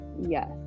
Yes